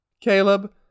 Caleb